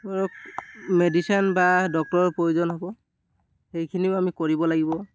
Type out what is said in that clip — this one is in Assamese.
ধৰক মেডিচেন বা ডক্টৰৰ প্ৰয়োজন হ'ব সেইখিনিও আমি কৰিব লাগিব